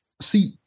See